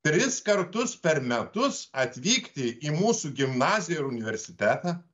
tris kartus per metus atvykti į mūsų gimnaziją ir universitetą